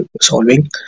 solving